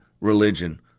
religion